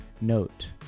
Note